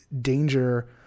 danger